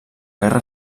guerra